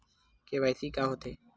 KYC का होथे?